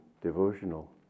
devotional